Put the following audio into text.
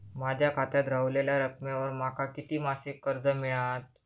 माझ्या खात्यात रव्हलेल्या रकमेवर माका किती मासिक कर्ज मिळात?